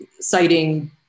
citing